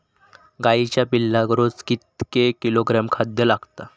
गाईच्या पिल्लाक रोज कितके किलोग्रॅम खाद्य लागता?